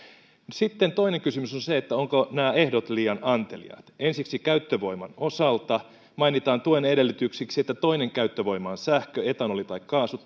toinen kysymys on se ovatko nämä ehdot liian anteliaat ensiksi käyttövoiman osalta mainitaan tuen edellytyksiksi että toinen käyttövoima on sähkö etanoli tai kaasu